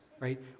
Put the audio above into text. Right